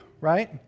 right